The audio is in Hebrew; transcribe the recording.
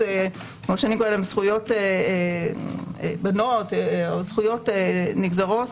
זכויות בנות או זכויות נגזרות,